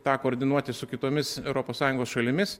tą koordinuoti su kitomis europos sąjungos šalimis